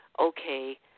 okay